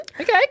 Okay